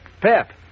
Pep